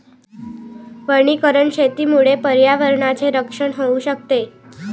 वनीकरण शेतीमुळे पर्यावरणाचे रक्षण होऊ शकते